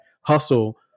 hustle